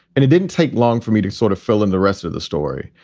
and it didn't take long for me to sort of fill in the rest of the story.